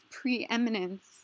preeminence